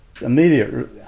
immediate